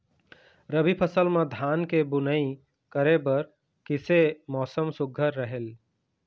रबी फसल म धान के बुनई करे बर किसे मौसम सुघ्घर रहेल?